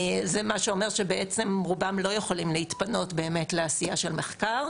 מה שאומר שבעצם רובם לא יכולים להתפנות באמת לעשייה של מחקר.